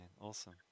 awesome